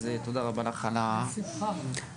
תודה רבה שאפשרת את זה.